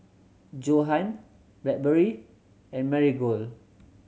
Johan Blackberry and Marigold